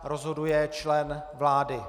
Rozhoduje člen vlády.